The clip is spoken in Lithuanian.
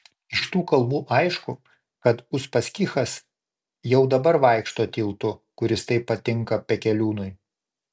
iš tų kalbų aišku kad uspaskichas jau dabar vaikšto tiltu kuris taip patinka pekeliūnui